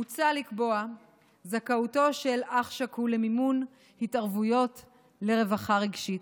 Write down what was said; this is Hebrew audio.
מוצע לקבוע את זכאותו של אח שכול למימון התערבויות לרווחה רגשית.